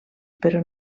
però